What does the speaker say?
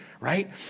Right